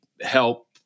help